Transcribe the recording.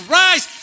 rise